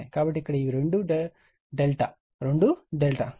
కాబట్టి ఇక్కడ ఇవి రెండూ ∆ రెండూ ∆